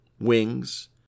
wings